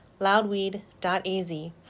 loudweed.az